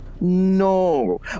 No